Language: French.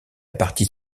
partie